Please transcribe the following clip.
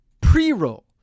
pre-roll